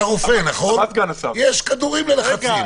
יש כדורים ללחצים.